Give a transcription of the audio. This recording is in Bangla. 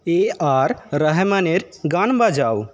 এআর রহমানের গান বাজাও